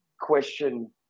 question